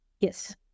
Yes